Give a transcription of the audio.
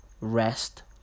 Rest